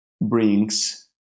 brings